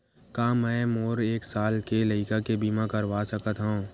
का मै मोर एक साल के लइका के बीमा करवा सकत हव?